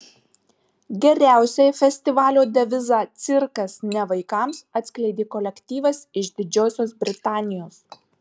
geriausiai festivalio devizą cirkas ne vaikams atskleidė kolektyvas iš didžiosios britanijos